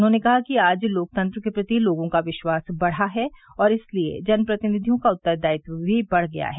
उन्होंने कहा कि आज लोकतंत्र के प्रति लोगों का विश्वास बढ़ा है और इसलिए जनप्रतिनिधियों का उत्तदायित्व भी बढ़ गया है